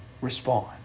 respond